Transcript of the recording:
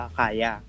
kaya